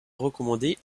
recommandée